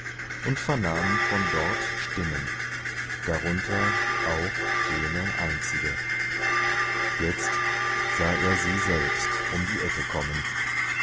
und vernahm von dort stimmen darunter auch jene einzige jetzt sah er sie selbst um die ecke kommen